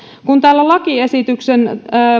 kun täällä lakiesityksen